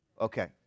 Okay